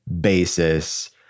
basis